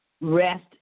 Rest